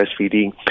breastfeeding